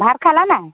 ভাত খালা নাই